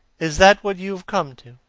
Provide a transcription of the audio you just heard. is that what you have come to?